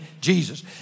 Jesus